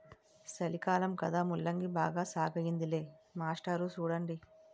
సలికాలం కదా ముల్లంగి బాగా సాగయ్యిందిలే మాస్టారు సూడండి